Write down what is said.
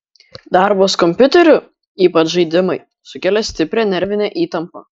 darbas kompiuteriu ypač žaidimai sukelia stiprią nervinę įtampą